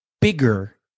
bigger